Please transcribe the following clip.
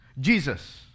Jesus